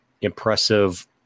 impressive